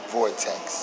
Vortex